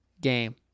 Game